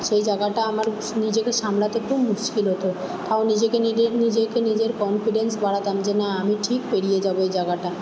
সেই জায়গাটা আমার নিজেকে সামলাতে খুব মুশকিল হতো তাও নিজেকে নিজের নিজেকে নিজের কনফিডেন্স বাড়াতাম যে না আমি ঠিক পেরিয়ে যাব এই জাগাটা